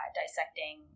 dissecting